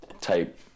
type